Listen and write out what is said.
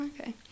Okay